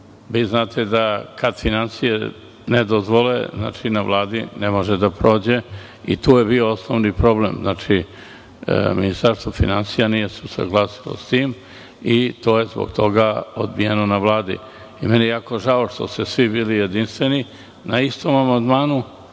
Znate da, kada finansije ne dozvole, na Vladi ne može da prođe i tu je bio osnovni problem. Ministarstvo finansija nije se usaglasilo sa tim i to je zbog toga odbijeno na Vladi. Jako mi je žao što ste svi bili jedinstveni na istom amandmanu,